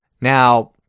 Now